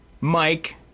mike